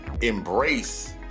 embrace